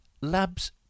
labs